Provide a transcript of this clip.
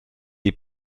die